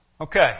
Okay